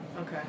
Okay